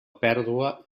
pèrdua